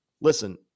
Listen